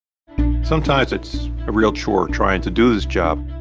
sometimes it's a real chore trying to do this job.